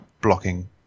blocking